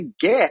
get